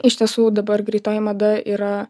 iš tiesų dabar greitoji mada yra